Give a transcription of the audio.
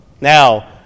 Now